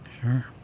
Sure